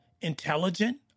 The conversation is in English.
intelligent